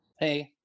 hey